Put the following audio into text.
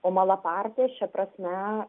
o malaparti šia prasme